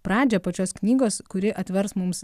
pradžią pačios knygos kuri atvers mums